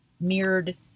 mirrored